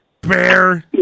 bear